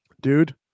dude